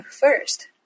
first